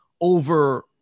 over